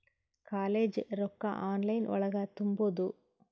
College ರೊಕ್ಕ online ಒಳಗ ತುಂಬುದು?